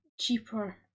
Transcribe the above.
cheaper